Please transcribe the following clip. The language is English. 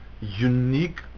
unique